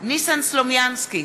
ניסן סלומינסקי,